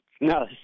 No